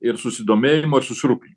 ir susidomėjimo ir susirūpinim